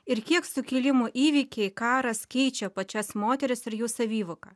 ir kiek sukilimo įvykiai karas keičia pačias moteris ir jų savivoką